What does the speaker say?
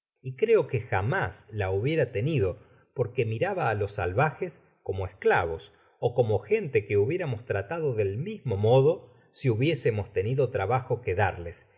y creo que jamás la hubiera tenido porque miraba á los salvajes como esclavos ó como gente que hubiéramos tratado del mismo modo si hubiésemos tenido trabajo que darles